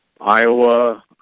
Iowa